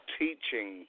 teaching